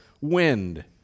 wind